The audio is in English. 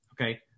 Okay